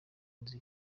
nzi